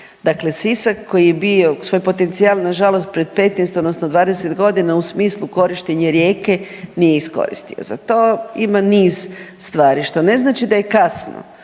Dakle Sisak koji je bio, svoj potencijal nažalost pred 15, odnosno 20 godina u smislu korištenja rijeke nije iskoristio. Za to ima niz stvari, što ne znači da je kasno,